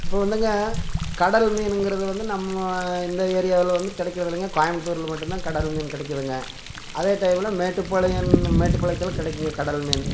இப்போ வந்துங்க கடல் மீனுங்கிறது வந்து நம்ம இந்த ஏரியாவில் வந்து கெடைக்கிறதில்லங்க கோயமுத்தூரில் மட்டுந்தான் கடல் மீன் கெடைக்கிதுங்க அதே டைமில் மேட்டுப்பாளையோன் மேட்டுப்பாளயத்தில் கெடைக்குங்க கடல் மீன்